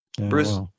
Bruce